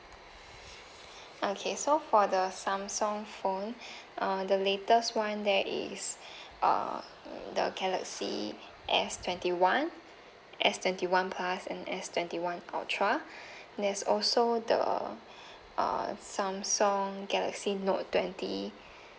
okay so for the samsung phone uh the latest one there is uh the galaxy S twenty one S twenty one plus and S twenty one ultra there's also the err samsung galaxy note twenty